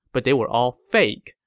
but they were all fake,